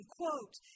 quote